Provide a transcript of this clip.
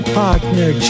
partner